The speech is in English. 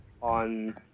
on